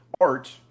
Art